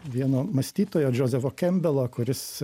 vieno mąstytojo džozefo kempbelo kuris